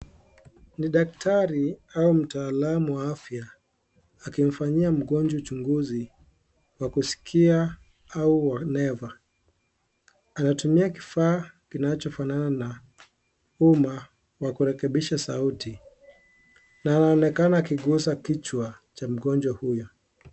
Ni daktari au mtaalamu wa afya, akimfanyia mgonjwa uchunguzi wa kusikia au wa, neva. Anatumia kifaa kinachofanana na huma wa kurekebisha sauti. Na anaonekana akigusa kichwa cha mgonjwa huyo.